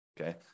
Okay